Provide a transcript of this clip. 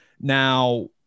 now